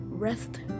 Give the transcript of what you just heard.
rest